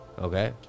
Okay